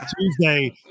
Tuesday